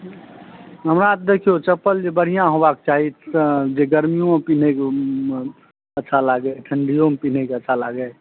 हमर तऽ देखियौ चप्पल जे बढ़िऑं होबाक चाही जे गर्मियो पीनहैमे अच्छा लागै ठनढियोमे पीनहयमे अच्छा लागै